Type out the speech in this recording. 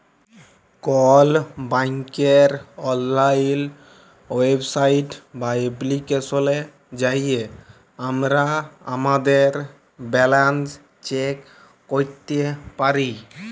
call ব্যাংকের অললাইল website বা এপ্লিকেশলে যাঁয়ে আমরা আমাদের ব্যাল্যাল্স চ্যাক ক্যইরতে পারি